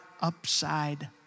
upside